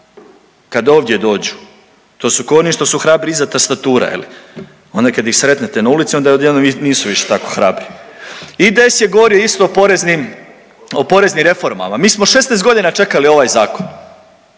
kad ovdje dođu. To su ko oni što su hrabri iza tastatura je li, onda kad ih sretnete na ulici onda odjednom nisu više tako hrabri. IDS je govorio isto o poreznim, o poreznim reformama. Mi smo 16 godina čekali ovaj zakon.